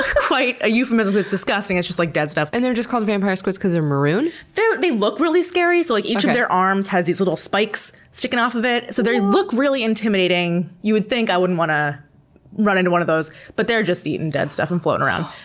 quite a euphemism because it's disgusting. it's just like dead stuff. and they're just called vampire squids because they're maroon? they look really scary. so like each of their arms has these little spikes sticking off of it. so they look really intimidating. you would think, i wouldn't want to run into one of those, but they're just eating dead stuff and floating around.